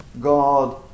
God